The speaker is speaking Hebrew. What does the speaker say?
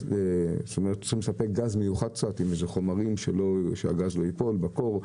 הן צריכות לספק גז מיוחד כדי שהגז לא ייפול בקור,